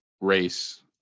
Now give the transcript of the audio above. race